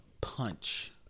punch